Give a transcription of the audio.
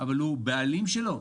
אבל הוא בעלים שלו.